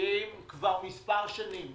הלא-ממשלתיים כבר מספר שנים.